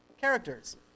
characters